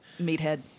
Meathead